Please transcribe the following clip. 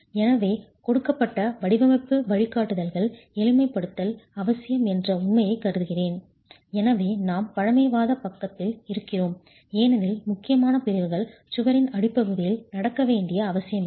எனவே கொடுக்கப்பட்ட வடிவமைப்பு வழிகாட்டுதல்கள் எளிமைப்படுத்தல் அவசியம் என்ற உண்மையைக் கருதுகின்றன எனவே நாம் பழமைவாதப் பக்கத்தில் இருக்கிறோம் ஏனெனில் முக்கியமான பிரிவுகள் சுவரின் அடிப்பகுதியில் நடக்க வேண்டிய அவசியமில்லை